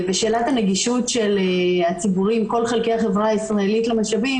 שאלת הנגישות של כל חלקי החברה למשאבים